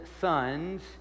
sons